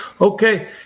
Okay